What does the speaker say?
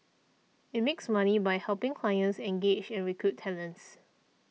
it makes money by helping clients engage and recruit talents